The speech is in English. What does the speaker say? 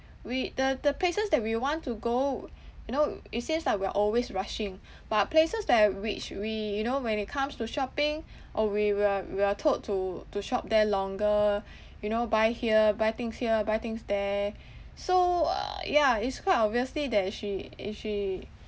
we the the places that we want to go you know it seems like we are always rushing but places that which we you know when it comes to shopping or we we are we are told to to shop there longer you know buy here buy things here buy things there so uh yeah it's quite obviously that she is she